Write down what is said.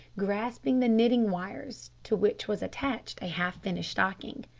grasping the knitting wires to which was attached a half-finished stocking.